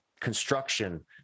construction